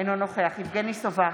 אינו נוכח יבגני סובה,